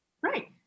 right